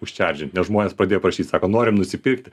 užčardžint nes žmonės pradėjo prašyt sako norim nusipirkti